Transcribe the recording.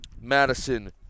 Madison